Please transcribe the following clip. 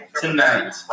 tonight